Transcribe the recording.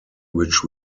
which